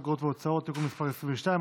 אגרות והוצאות (תיקון מס' 22),